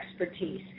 expertise